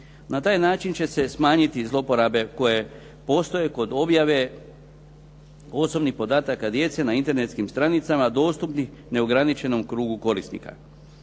Na taj način će se smanjiti zlouporabe koje postoje kod objave osobnih podataka djece na internetskim stranicama dostupnih neograničenom krugu korisnika.